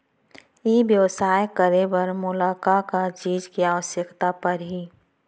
ई व्यवसाय करे बर मोला का का चीज के आवश्यकता परही?